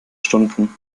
stunden